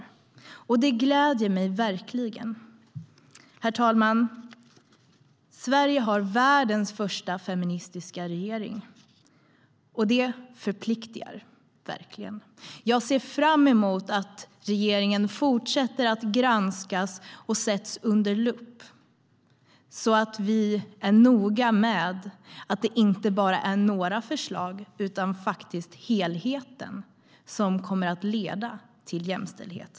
Det gläder mig verkligen. Herr talman! Sverige har världens första feministiska regering. Det förpliktar verkligen. Jag ser fram emot att regeringen fortsätter att granskas och sätts under lupp, så att vi är noga med att det inte bara är några förslag utan faktiskt helheten som kommer att leda till jämställdhet.